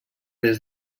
des